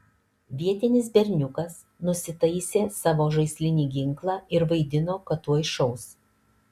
vietinis berniukas nusitaisė savo žaislinį ginklą ir vaidino kad tuoj šaus